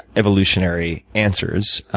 evolutionary answers,